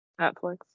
Netflix